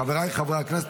חבריי חברי הכנסת,